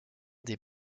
des